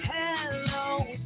hello